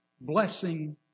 blessing